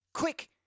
Quick